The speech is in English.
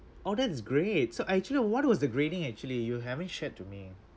oh that's great so actually what was the grading actually you haven't shared to me